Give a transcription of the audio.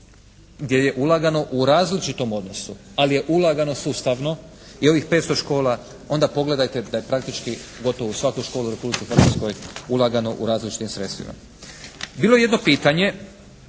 gdje je ulagano u različitom odnosu, ali je ulagano sustavno i ovih 500 škola onda pogledajte da je praktički gotovo u svakoj školi u Republici Hrvatskoj ulagano u različitim sredstvima. Bilo je jedno pitanje